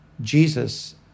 Jesus